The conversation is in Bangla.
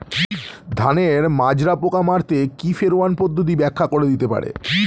ধানের মাজরা পোকা মারতে কি ফেরোয়ান পদ্ধতি ব্যাখ্যা করে দিতে পারে?